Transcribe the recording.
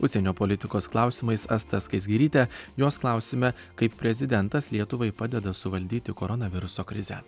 užsienio politikos klausimais asta skaisgiryte jos klausime kaip prezidentas lietuvai padeda suvaldyti koronaviruso krizę